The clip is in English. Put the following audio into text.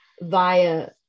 via